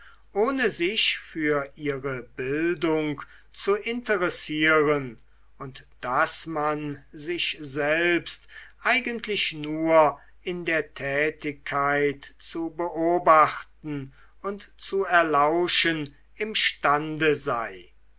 ohne sich für ihre bildung zu interessieren und daß man sich selbst eigentlich nur in der tätigkeit zu beobachten und zu erlauschen imstande sei